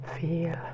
feel